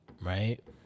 right